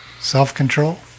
Self-control